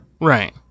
Right